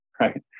right